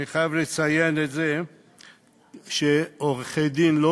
אני חייב לציין שעורכי-דין, או